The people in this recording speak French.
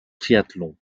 triathlon